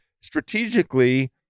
strategically